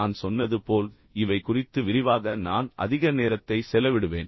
நான் சொன்னது போல் இவை குறித்து விரிவாக நான் அதிக நேரத்தை செலவிடுவேன்